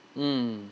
mm